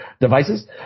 devices